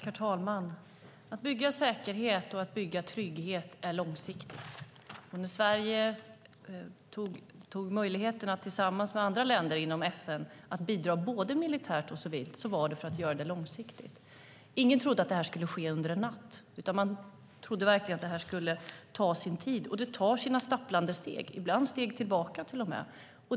Herr talman! Att bygga säkerhet och trygghet är ett långsiktigt arbete. När Sverige tog möjligheten att tillsammans med andra länder inom FN bidra både militärt och civilt var det för att göra det långsiktigt. Ingen trodde att detta skulle ske under en natt, utan man trodde verkligen att detta skulle ta sin tid. Arbetet tar sina stapplande steg. Ibland är det till och med steg tillbaka.